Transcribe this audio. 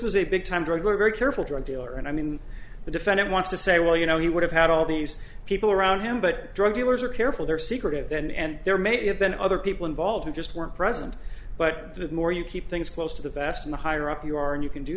was a big time drug like very careful drug dealer and i mean the defendant wants to say well you know he would have had all these people around him but drug dealers are careful they're secretive and there may have been other people involved who just weren't present but the more you keep things close to the vest in the higher up you are and you can do